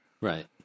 Right